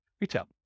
retail